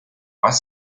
más